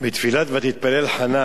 בתפילת "ותתפלל חנה"